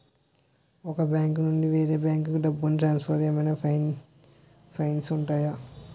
ఒక బ్యాంకు నుండి వేరే బ్యాంకుకు డబ్బును ట్రాన్సఫర్ ఏవైనా ఫైన్స్ ఉంటాయా?